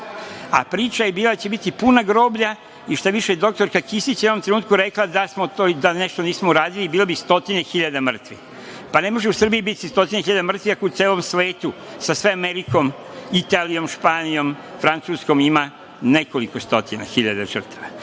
A, priča je bila da će biti puna groblja i šta-više doktorka Kisić je u jednom trenutku rekla da smo to i da nešto nismo uradili bilo bi stotine hiljada mrtvih. Pa ne može u Srbiji biti stotine hiljada mrtvih, ako u celom svetu sa sve Amerikom, Italijom, Španijom, Francuskom ima nekoliko stotina hiljada